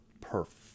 perfect